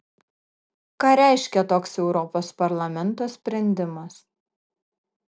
ką reiškia toks europos parlamento sprendimas